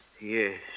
Yes